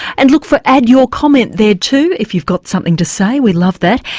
and look for add your comment there too if you got something to say, we love that,